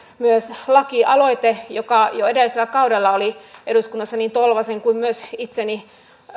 myös lakialoite joka jo edellisellä kaudella oli eduskunnassa niin tolvasen kuin myös itseni